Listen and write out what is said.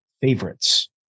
favorites